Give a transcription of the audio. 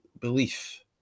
belief